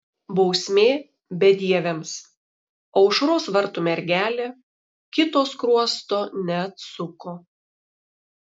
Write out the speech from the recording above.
bausmė bedieviams aušros vartų mergelė kito skruosto neatsuko